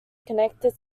connected